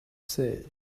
say